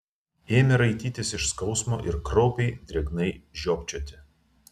ėmė raitytis iš skausmo ir kraupiai drėgnai žiopčioti